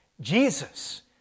Jesus